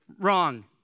wrong